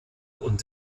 und